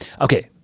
okay